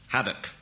Haddock